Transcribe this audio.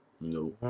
No